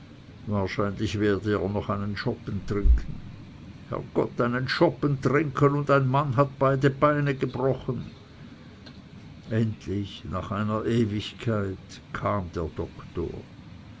wahrscheinlich werde er noch einen schoppen trinken herrgott einen schoppen trinken und ein mann hat beide beine gebrochen endlich nach einer ewigkeit kam der doktor